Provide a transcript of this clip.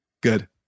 good